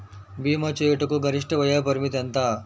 భీమా చేయుటకు గరిష్ట వయోపరిమితి ఎంత?